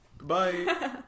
bye